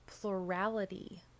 plurality